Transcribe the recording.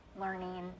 learning